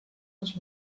les